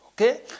Okay